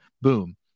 boom